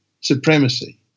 supremacy